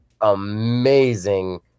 amazing